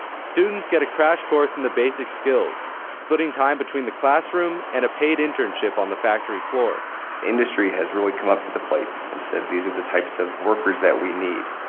students get a crash course in the basic skills splitting time between the classroom and a paid internship on a factory floor industry has really come up to the plate and said, these are the types of workers that we need.